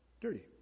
dirty